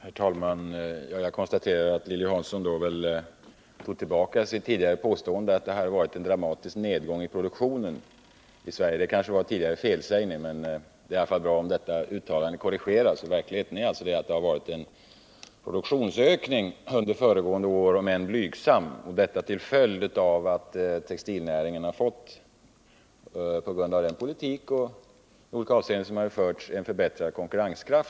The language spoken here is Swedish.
Herr talman! Jag konstaterar att Lilly Hansson tog tillbaka sitt tidigare påstående att det skett en dramatisk nedgång av den svenska produktionen. Det rörde sig kanske om en felsägning, men det vari alla fall bra att uppgiften korrigerades. Under föregående år blev det alltså en produktionsökning, även om den var blygsam — detta till följd av att textilnäringen, bl.a. på grund av den politik som förts, fått en bättre konkurrenskraft.